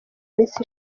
minsi